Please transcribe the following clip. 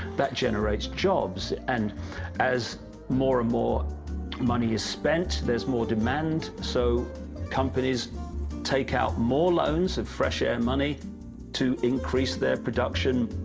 that generates jobs and as more and more money is spent, there's more demand. so companies take out more loans, and fresh air money to their production.